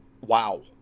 wow